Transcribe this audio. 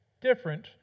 Different